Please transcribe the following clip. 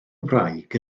wraig